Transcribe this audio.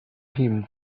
him